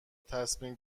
تصمیم